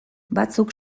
batzuk